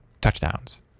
touchdowns